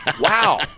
wow